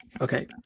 Okay